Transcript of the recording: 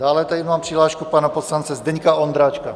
Dále tady mám přihlášku pana poslance Zdeňka Ondráčka.